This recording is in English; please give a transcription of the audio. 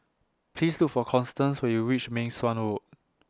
Please Look For Constance when YOU REACH Meng Suan Road